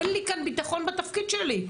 אין לי כאן ביטחון בתפקיד שלי.